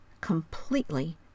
completely